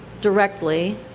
directly